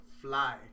fly